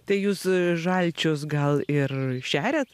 tai jūs žalčius gal ir šeriat